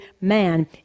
man